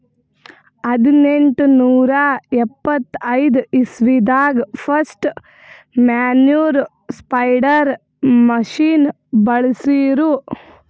ಹದ್ನೆಂಟನೂರಾ ಎಪ್ಪತೈದ್ ಇಸ್ವಿದಾಗ್ ಫಸ್ಟ್ ಮ್ಯಾನ್ಯೂರ್ ಸ್ಪ್ರೆಡರ್ ಮಷಿನ್ ಬಳ್ಸಿರು